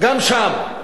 גם שם.